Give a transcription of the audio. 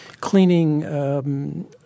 cleaning